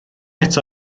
eto